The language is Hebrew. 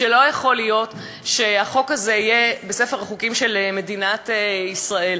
שלא יכול להיות שהחוק הזה יהיה בספר החוקים של מדינת ישראל.